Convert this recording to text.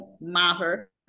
matter